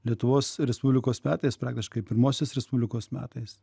lietuvos respublikos metais praktiškai pirmosios respublikos metais